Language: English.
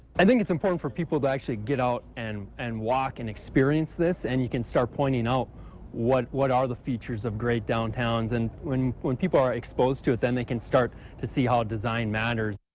i think it's important for people to actually get out and and walk and experience this and you can start pointing out what what are the features of a great downtown so and when when people are exposed to it then they can start to see how design matters.